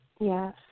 Yes